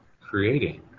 creating